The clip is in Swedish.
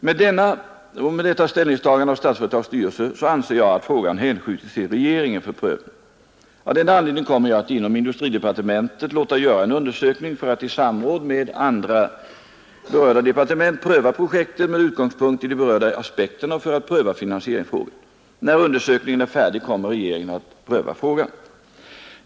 Med detta ställningstagande av Statsföretags styrelse anser jag att frågan hänskjutits till regeringen för prövning. Av denna anledning kommer jag att inom industridepartementet låta göra en undersökning för att i samråd med andra berörda departement pröva projektet med utgångspunkt i de berörda aspekterna och för att pröva finansieringsfrågan. När undersökningen är färdig kommer regeringen att pröva frågan.